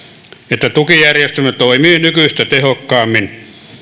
että tukijärjestelmä toimii nykyistä tehokkaammin